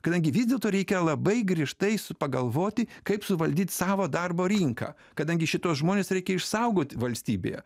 kadangi vis dėlto reikia labai griežtai su pagalvoti kaip suvaldyt savo darbo rinką kadangi šituos žmones reikia išsaugot valstybėje